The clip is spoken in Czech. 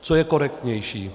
Co je korektnější?